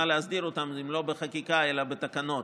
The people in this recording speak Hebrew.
להסדיר אותם היא לא בחקיקה אלא בתקנות.